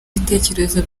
bitekerezo